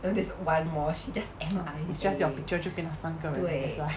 it's just your picture 就变成三个人了 that's why